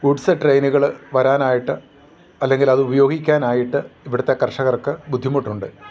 goods ട്രെയിനുകൾ വരാനായിട്ട് അല്ലെങ്കിലത് ഉപയോഗിക്കാനായിട്ട് ഇവിടുത്തെ കർഷകർക്ക് ബുദ്ധിമുട്ടുണ്ട്